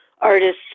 artists